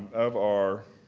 of our